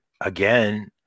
again